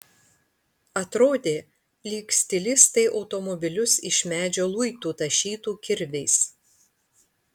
atrodė lyg stilistai automobilius iš medžio luitų tašytų kirviais